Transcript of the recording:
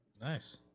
Nice